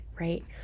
right